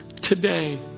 Today